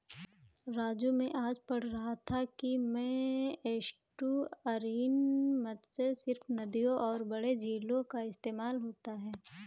राजू मैं आज पढ़ रहा था कि में एस्टुअरीन मत्स्य सिर्फ नदियों और बड़े झीलों का इस्तेमाल होता है